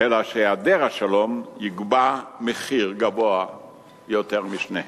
אלא שהיעדר השלום יגבה מחיר גבוה יותר משניהם.